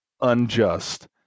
unjust